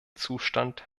zustand